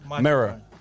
mirror